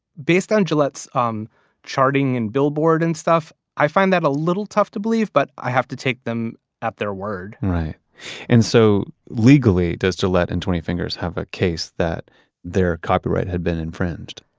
based on gillette's um charting and billboard and stuff, i find that a little tough to believe, but i have to take them at their word and so legally, does gillette and twenty fingers have a case that their copyright had been infringed?